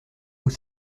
vous